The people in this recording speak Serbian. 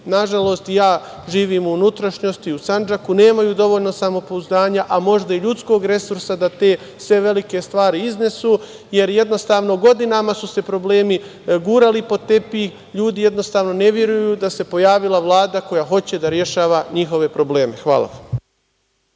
nažalost, i ja živim u unutrašnjosti, u Sandžaku, nemaju dovoljno samopouzdanja, a možda i ljudskog resursa da te sve velike stvari iznesu, jer jednostavno godinama su se problemi gurali pod tepih. LJudi jednostavno ne veruju da se pojavila Vlada koja hoće da rešava njihove probleme. Hvala.